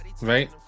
right